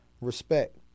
Respect